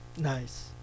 Nice